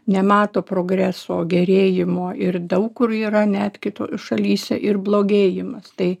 nemato progreso gerėjimo ir daug kur yra net kito šalyse ir blogėjimas tai